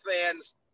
fans